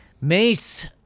Mace